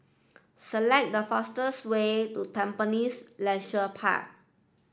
select the fastest way to Tampines Leisure Park